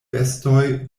bestoj